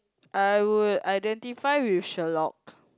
I would identify with Sherlock